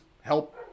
help